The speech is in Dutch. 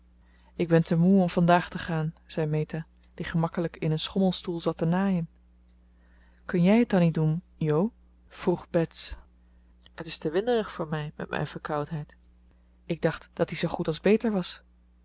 ik ben te moe om vandaag te gaan zei meta die gemakkelijk in een schommelstoel zat te naaien kun jij het dan niet doen jo vroeg bets het is te winderig voor mij met mijn verkoudheid ik dacht dat die zoo goed als beter was